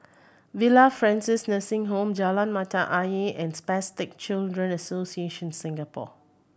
Villa Francis Nursing Home Jalan Mata Ayer and Spastic Children Association Singapore